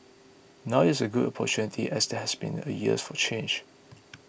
now is as good an opportunity as there has been in a years for change